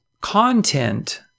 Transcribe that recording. content